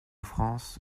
france